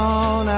on